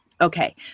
Okay